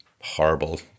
horrible